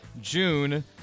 June